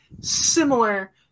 similar